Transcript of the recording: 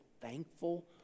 thankful